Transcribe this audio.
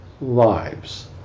lives